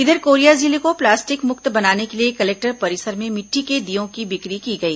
इधर कोरिया जिले को प्लास्टिक मुक्त बनाने के लिए कलेक्टर परिसर में मिट्टी के दीयों की बिक्री की गई